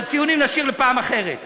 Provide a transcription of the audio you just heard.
ציונים נשאיר לפעם אחרת,